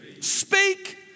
Speak